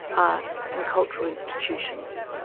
arts and cultural institutions.